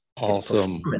Awesome